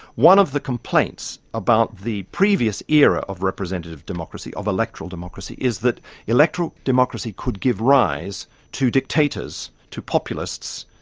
one of the complaints about the previous era of representative democracy, of electoral democracy, is that electoral democracy could give rise to dictators, to populists